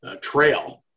trail